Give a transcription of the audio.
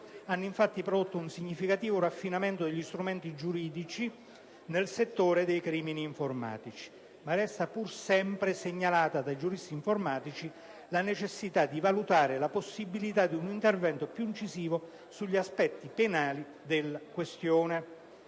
hanno infatti prodotto un significativo affinamento degli strumenti giuridici nel settore dei crimini informatici. Ma resta pur sempre, segnalata dai giuristi informatici, la necessità di valutare la possibilità di un intervento più incisivo sugli aspetti penali della questione.